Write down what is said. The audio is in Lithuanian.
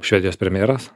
švedijos premjeras